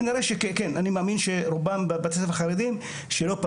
אני מאמין שרובם בתי ספר חרדים שלא פנו.